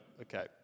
Okay